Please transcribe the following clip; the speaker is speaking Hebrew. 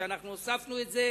כשאנחנו הוספנו את זה,